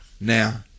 now